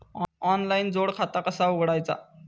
Online जोड खाता कसा उघडायचा?